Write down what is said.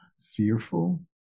fearful